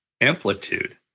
amplitude